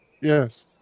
Yes